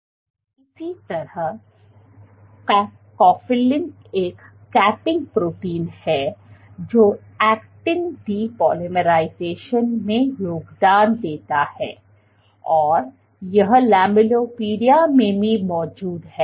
इसी तरह कोफिलिन एक कैपिंग प्रोटीन है जो ऐक्टिन डी बहुलीकरण में योगदान देता है और यह लैमेलिपोडिया में भी मौजूद है